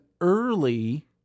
early